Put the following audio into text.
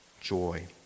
joy